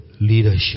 leadership